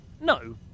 No